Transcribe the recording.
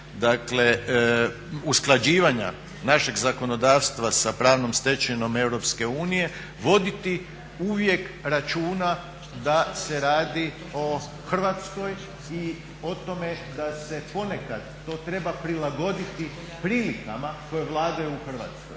dakle usklađivanja našeg zakonodavstva sa pravnom stečevinom EU, voditi uvijek računa da se radi o Hrvatskoj i o tome da se ponekad to treba prilagoditi prilikama koje vladaju u Hrvatskoj.